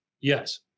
Yes